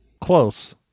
close